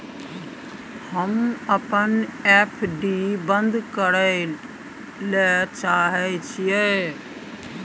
हम अपन एफ.डी बंद करय ले चाहय छियै